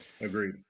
Agreed